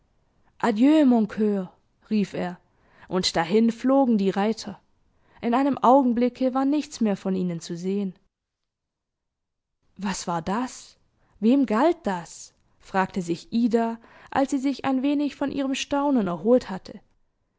mon coeur rief er und dahin flogen die reiter in einem augenblicke war nichts mehr von ihnen zu sehen was war das wem galt das fragte sich ida als sie sich ein wenig von ihrem staunen erholt hatte